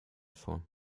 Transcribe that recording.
vor